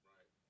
Right